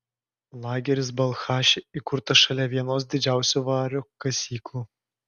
lageris balchaše įkurtas šalia vienos didžiausių vario kasyklų